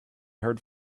heard